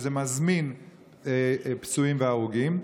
שזה מזמין פצועים והרוגים.